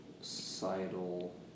societal